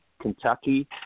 Kentucky